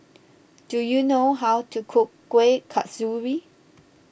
do you know how to cook Kueh Kasturi